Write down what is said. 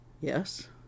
Yes